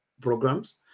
programs